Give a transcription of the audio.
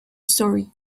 story